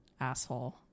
asshole